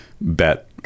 bet